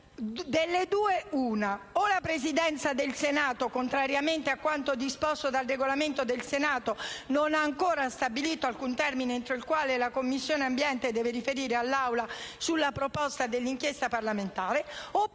delle due l'una: o la Presidenza del Senato, contrariamente a quanto disposto dal Regolamento, non ha ancora stabilito alcun termine entro il quale la Commissione ambiente deve riferire all'Aula sulla proposta dell'inchiesta parlamentare,